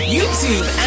YouTube